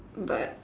but